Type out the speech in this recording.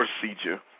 procedure